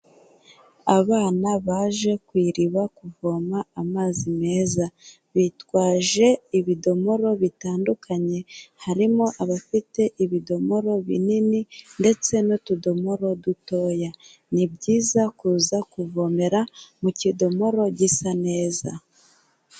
Abana baje ku iriba kuvoma amazi meza. Bitwaje ibidomoro bitandukanye, harimo abafite ibidomoro binini ndetse n'utudomoro dutoya. Ni byiza kuza kuvomera mu kidomoro gisa neza.